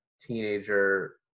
teenager